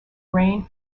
grain